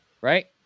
Right